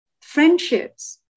friendships